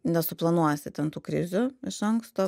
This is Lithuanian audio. nesuplanuosi ten tų krizių iš anksto